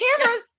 cameras